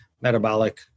metabolic